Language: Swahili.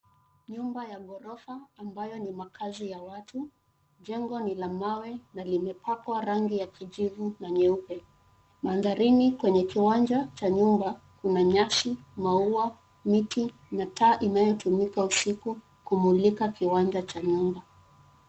Nyumba ya ghorofa ambayo ni makazi ya watu. Jengo ni la mawe na limepakwa rangi ya kijivu na nyeupe. Mandharini kwenye uwanja wa nyumba kuna; nyasi, maua, miti na taa inayotumika usiku kumulika uwanja wa nyumba.